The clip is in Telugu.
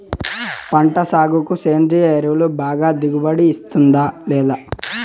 పంట సాగుకు సేంద్రియ ఎరువు బాగా దిగుబడి ఇస్తుందా లేదా